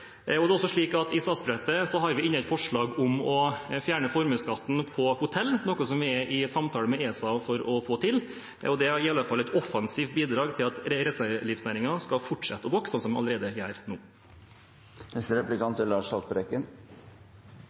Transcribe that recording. selv. Det er også slik at i statsbudsjettet har vi inne et forslag om å fjerne formuesskatten på hotell, noe vi er i samtaler med ESA for å få til, og det er iallfall et offensivt bidrag til at reiselivsnæringen skal fortsette å vokse – slik den allerede gjør.